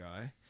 guy